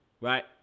right